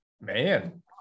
man